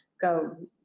go